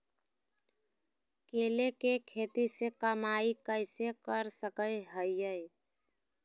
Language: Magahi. केले के खेती से कमाई कैसे कर सकय हयय?